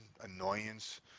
annoyance